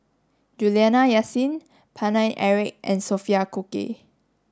Juliana Yasin Paine Eric and Sophia Cooke